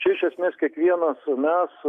čia iš esmės kiekvienas mes